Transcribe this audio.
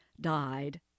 died